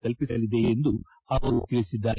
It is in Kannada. ಕಲ್ಪಿಸಲಿದೆ ಎಂದು ಅವರು ತಿಳಿಸಿದ್ದಾರೆ